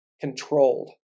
controlled